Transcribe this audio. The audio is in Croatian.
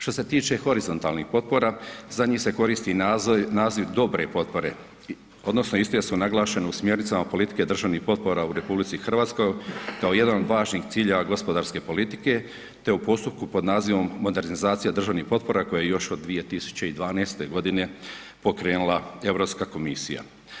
Što se tiče horizontalnih potpora za njih se koristi naziv dobre potpore odnosno iste su naglašene u smjernicama politike državnih potpora u RH kao jedan od važnih ciljeva gospodarske politike te u postupku pod nazivom modernizacija državnih potpora koje je još od 2012. godine pokrenula Europska komisija.